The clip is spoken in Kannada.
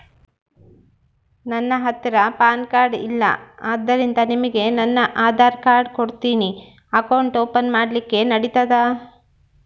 ನನ್ನ ಹತ್ತಿರ ಪಾನ್ ಕಾರ್ಡ್ ಇಲ್ಲ ಆದ್ದರಿಂದ ನಿಮಗೆ ನನ್ನ ಆಧಾರ್ ಕಾರ್ಡ್ ಕೊಡ್ತೇನಿ ಅಕೌಂಟ್ ಓಪನ್ ಮಾಡ್ಲಿಕ್ಕೆ ನಡಿತದಾ?